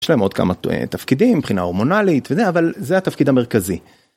יש להם עוד כמה תפקידים מבחינה הורמונלית וזה, אבל זה התפקיד המרכזי.